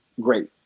great